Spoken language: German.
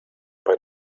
bei